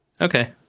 okay